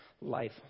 life